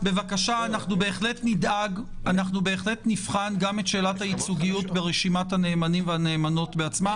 בהחלט נבחן גם את שאלת הייצוגיות ברשימת הנאמנים והנאמנות בעצמה.